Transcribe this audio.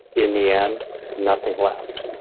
in the end nothing left.